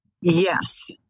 Yes